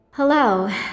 Hello